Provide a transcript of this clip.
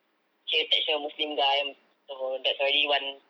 she attached dengan muslim guy so that's already one